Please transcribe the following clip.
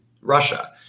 Russia